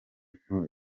nto